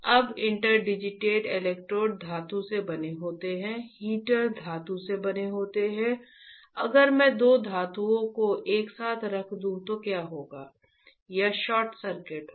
अब interdigitated electrode धातु से बने होते हैं हीटर धातु से बना होता है अगर मैं दो धातुओं को एक साथ रख दूं तो क्या होगा यह शॉर्ट सर्किट होगा